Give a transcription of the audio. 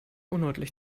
undeutlich